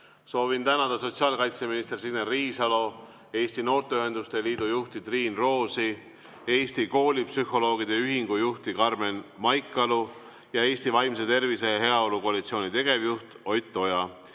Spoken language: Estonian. Soovin tänada sotsiaalkaitseminister Signe Riisalo, Eesti Noorteühenduste Liidu juhti Triin Roosi, Eesti Koolipsühholoogide Ühingu juhti Karmen Maikalu ning Eesti Vaimse Tervise ja Heaolu Koalitsiooni tegevjuhti Ott Oja.